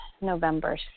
November